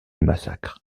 massacre